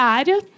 área